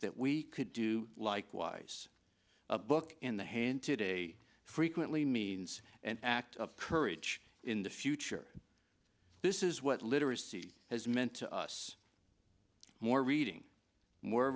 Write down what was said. that we could do likewise a book in the hand today frequently means an act of courage in the future this is what literacy has meant to us more reading more